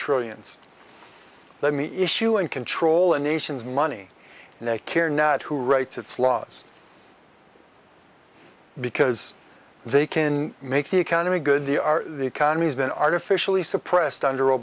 trillions let me issue and control the nation's money and they care not who writes it's laws because they can make the economy good they are the economy's been artificially suppressed under